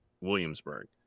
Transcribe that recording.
Williamsburg